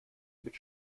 mit